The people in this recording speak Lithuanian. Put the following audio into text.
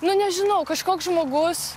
nu nežinau kažkoks žmogus